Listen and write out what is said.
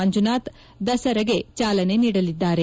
ಮಂಜುನಾಥ್ ದಸರೆಗೆ ಚಾಲನೆ ನೀಡಲಿದ್ದಾರೆ